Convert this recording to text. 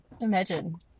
Imagine